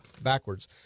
backwards